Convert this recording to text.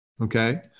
Okay